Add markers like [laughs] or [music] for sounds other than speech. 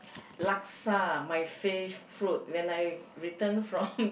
Laksa my favourite food when I return from [laughs]